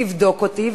תבדוק אותי,